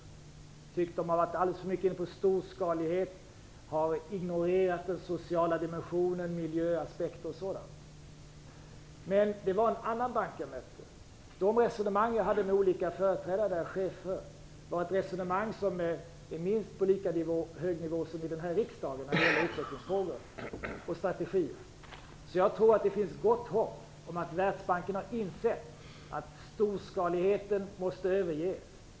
Jag har tyckt att den har varit alldeles för mycket inne på storskalighet, ignorerat den sociala dimensionen, miljöaspekter och sådant. Men det var en annan bank jag mötte. De resonemang jag hade med olika chefer var på minst lika hög nivå som här i riksdagen när det gäller utvecklingsfrågor och strategier. Jag tror att det finns gott hopp om att Världsbanken har insett att storskaligheten måste överges.